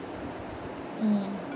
mm